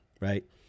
right